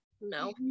No